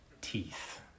teeth